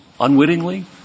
unwittingly